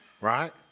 right